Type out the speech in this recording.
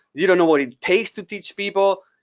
you don't know what it takes to teach people,